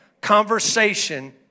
conversation